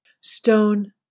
stone